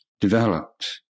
developed